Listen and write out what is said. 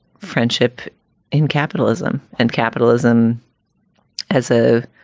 friendship in capitalism and capitalism as a